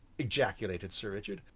ejaculated sir richard,